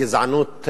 גזענות,